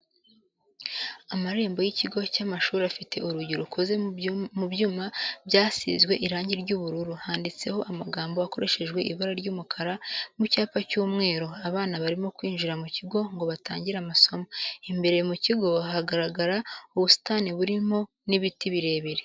Amarembo y'ikigo cy'amashuri afite urugi rukoze mu byuma byasizwe irangi ry'ubururu, handitseho amagambo akoreshejwe ibara ry'umukara mu cyapa cy'umweru, abana barimo kwinjira mu kigo ngo batangire amasomo, imbere mu kigo hagaragara ubusitani burimo n'ibiti birebire.